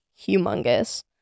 humongous